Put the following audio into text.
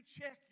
check